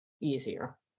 easier